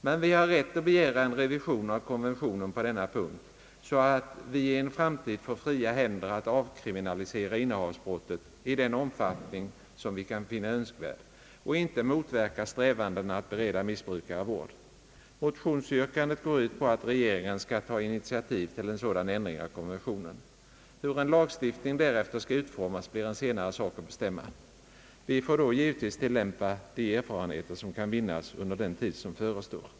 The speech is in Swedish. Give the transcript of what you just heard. Men vi har rätt att begära en revision av konventionen på denna punkt, så att vi i en framtid får fria händer att avkriminalisera innehavsbrottet i den omfattning som vi kan finna önskvärd för att inte motverka strävandena att bereda missbrukarna vård. Motionsyrkandet går ut på att regeringen skall ta initiativ till en sådan ändring av konventionen. Hur en lagstiftning därefter skall utformas blir en senare sak att bestäm ma. Vi får då givetvis tillämpa de erfarenheter som kan vinnas under den tid som förestår.